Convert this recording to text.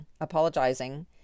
apologizing